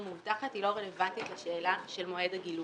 מובטחת היא לא רלוונטית לשאלה של מועד הגילוי.